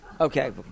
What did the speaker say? okay